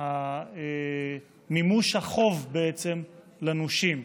מימוש החוב לנושים,